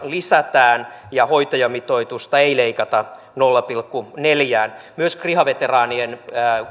lisätään ja hoitajamitoitusta ei leikata nolla pilkku neljään myös kriha veteraanien